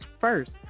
first